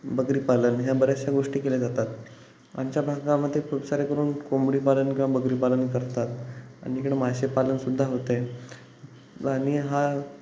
बकरीपालन ह्या बऱ्याचशा गोष्टी केल्या जातात आमच्या भागामध्ये खूप सारे करून कोंबडीपालन किंवा बकरीपालन करतात आणि इकडं मासेपालनसुद्धा होते आणि हा